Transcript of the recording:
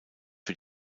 für